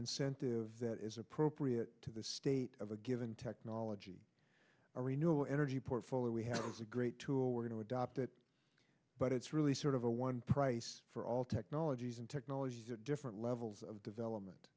incentive that is appropriate to the state of a given technology a renewable energy portfolio we have it's a great tool we're going to adopt it but it's really sort of a one price for all technologies and technologies at different levels of development